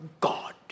God